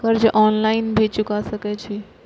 कर्जा ऑनलाइन भी चुका सके छी?